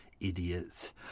idiots